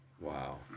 Wow